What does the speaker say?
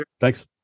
Thanks